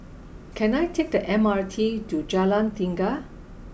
can I take the M R T to Jalan Tiga